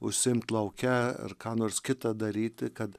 užsiimt lauke ar ką nors kita daryti kad